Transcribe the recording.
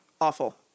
awful